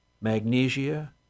Magnesia